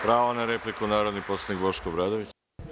Pravo na repliku narodni poslanik Boško Obradović.